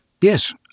Yes